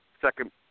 second